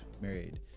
married